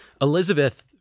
Elizabeth